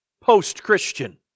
Post-Christian